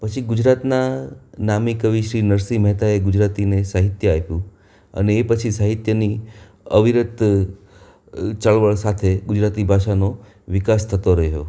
પછી ગુજરાતના નામી કવિ શ્રી નરસિંહ મહેતાએ ગુજરાતીને સાહિત્ય આપ્યું અને પછી સાહિત્યની અવિરત ચળવળ સાથે ગુજરાતી ભાષાનો વિકાસ થતો રહ્યો